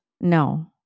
No